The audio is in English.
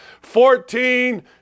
Fourteen